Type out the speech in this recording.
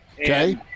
Okay